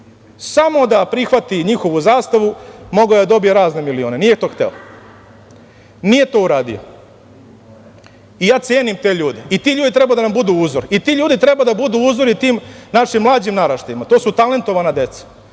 samo da prihvati njihovu zastavu, mogao je da dobije razne milione. Nije to hteo. Nije to uradio. I ja cenim te ljude. I ti ljudi treba da nam budu uzor. Ti ljudi treba da budu uzori tim našim mlađim naraštajima. To su talentovana deca.